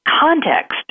context